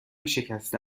شکسته